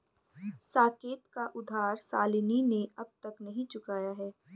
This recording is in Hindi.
साकेत का उधार शालिनी ने अब तक नहीं चुकाया है